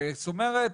זאת אומרת